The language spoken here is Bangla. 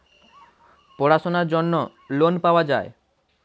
পড়াশোনার জন্য লোন পাওয়া যায়